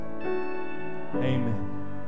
Amen